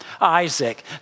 Isaac